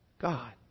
God